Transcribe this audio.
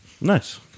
Nice